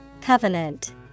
Covenant